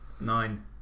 Nine